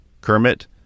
Kermit